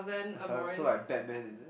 so like Batman is it